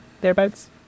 thereabouts